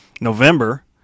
November –